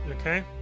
Okay